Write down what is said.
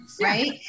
Right